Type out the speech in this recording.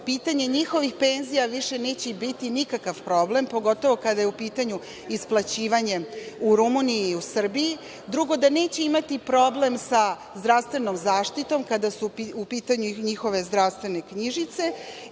pitanje njihovih penzija više neće biti nikakav problem, pogotovo kada je u pitanje isplaćivanje u Rumuniji i Srbiji. Drugo, neće imati problem sa zdravstvenom zaštitom kada su u pitanju njihove zdravstvene knjižice. Ono